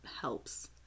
helps